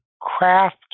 craft